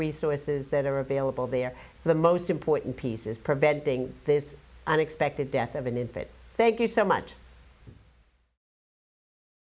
resources that are available there the most important pieces preventing this unexpected death of an infant thank you so much